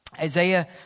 Isaiah